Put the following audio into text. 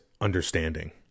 understanding